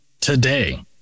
today